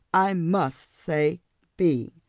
i must say b.